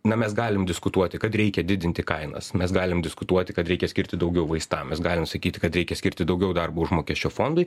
na mes galim diskutuoti kad reikia didinti kainas mes galim diskutuoti kad reikia skirti daugiau vaistam mes galim sakyti kad reikia skirti daugiau darbo užmokesčio fondui